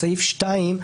בסעיף 2,